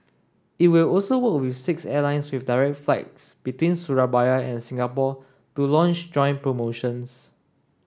it will also work with six airlines with direct flights between Surabaya and Singapore to launch joint promotions